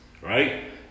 right